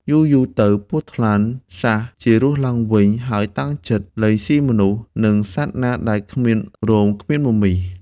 យូរៗទៅពស់ថ្លាន់សះជារស់ឡើងវិញហើយតាំងចិត្ដលែង ស៊ីមនុស្ស និងសត្វណាដែលគ្មានរោមគ្មានមមីស។